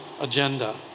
agenda